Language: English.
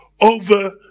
over